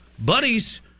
buddies